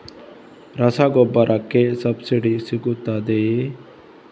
ರಸಗೊಬ್ಬರಕ್ಕೆ ಸಬ್ಸಿಡಿ ಸಿಗುತ್ತದೆಯೇ?